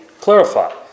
clarify